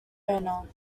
owner